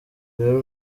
rero